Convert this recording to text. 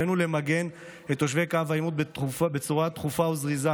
עלינו למגן את תושבי קו העימות בצורה דחופה וזריזה.